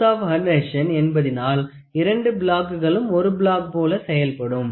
force of adhesion என்பதினால் இரண்டு பிளாக்குகளும் ஓரு பிளாக் போல் செயல்படும்